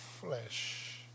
flesh